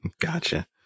Gotcha